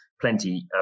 plenty